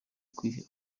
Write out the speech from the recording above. kwiheba